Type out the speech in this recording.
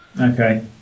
okay